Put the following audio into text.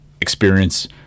experience